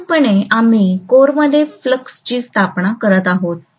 मूलभूतपणे आम्ही कोरमध्ये फ्लक्सची स्थापना करत आहोत